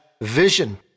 vision